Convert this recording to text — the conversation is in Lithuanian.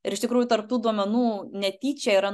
ir iš tikrųjų tarp tų duomenų netyčia yra